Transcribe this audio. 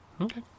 Okay